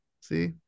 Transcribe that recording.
See